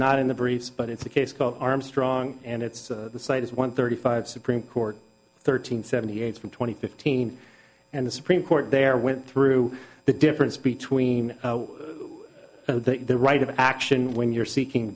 not in the briefs but it's a case called armstrong and it's cite as one thirty five supreme court thirteen seventy eight from twenty fifteen and the supreme court there went through the difference between the right of action when you're seeking